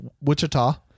Wichita